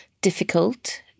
difficult